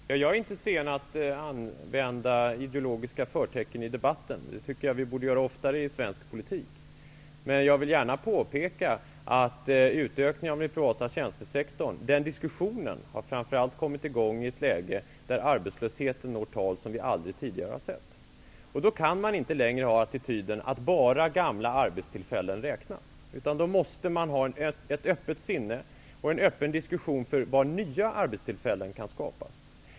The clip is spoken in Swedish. Herr talman! Jag är inte sen att använda ideologiska förtecken i debatten. Det tycker jag att vi borde göra oftare i svensk politik. Men jag vill gärna påpeka att diskussionen om utökningen av den privata tjänstesektorn har kommit i gång i ett läge där arbetslösheten når tal som vi aldrig tidigare har sett. Då kan man inte längre ha attityden att bara gamla arbetstillfällen räknas. Man måste ha ett öppet sinne och en öppen diskussion om var nya arbetstillfällen kan skapas.